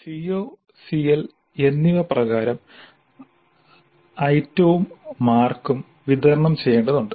CO CL എന്നിവ പ്രകാരം ഐറ്റവും മാർക്കും വിതരണം ചെയ്യേണ്ടതുണ്ട്